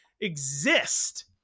exist